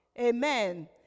amen